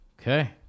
Okay